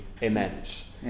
immense